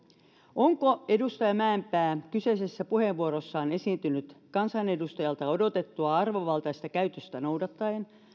onko edustaja mäenpää kyseisessä puheenvuorossaan esiintynyt kansanedustajalta odotettua arvovaltaista käytöstä noudattaen